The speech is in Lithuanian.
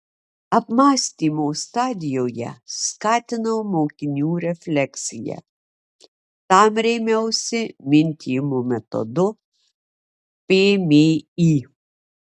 apmąstymo stadijoje skatinau mokinių refleksiją tam rėmiausi mintijimo metodu pmį